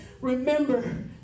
remember